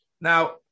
Now